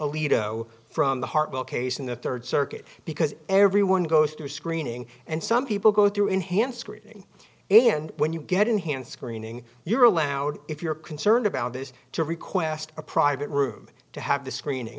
case in the third circuit because everyone goes through screening and some people go through enhanced screening and when you get enhanced screening you're allowed if you're concerned about this to request a private room to have the screening